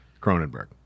Cronenberg